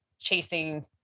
chasing